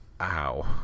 Ow